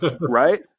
Right